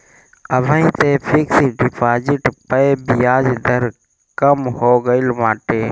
अबही तअ fix deposit पअ बियाज दर कम हो गईल बाटे